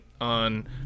on